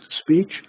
speech